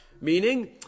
Meaning